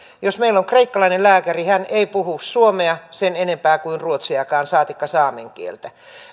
jos meillä on kreikkalainen lääkäri hän ei puhu suomea sen enempää kuin ruotsiakaan saatikka saamen kieltä